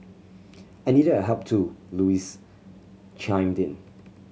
I needed your help too Louise chimed in